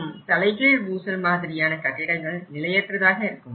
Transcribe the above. மற்றும் தலைகீழ் ஊசல் மாதிரியான கட்டிடங்கள் நிலையற்றதாக இருக்கும்